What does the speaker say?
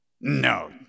No